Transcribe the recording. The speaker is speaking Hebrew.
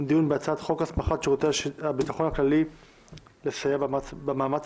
הדיון בהצעת חוק הסמכת שירות הביטחון הכללי לסייע במאמץ